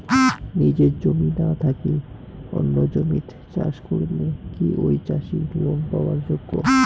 নিজের জমি না থাকি অন্যের জমিত চাষ করিলে কি ঐ চাষী লোন পাবার যোগ্য?